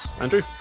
Andrew